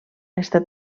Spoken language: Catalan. estat